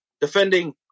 defending